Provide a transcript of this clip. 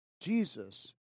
Jesus